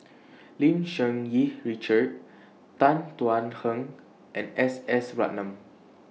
Lim Cherng Yih Richard Tan Thuan Heng and S S Ratnam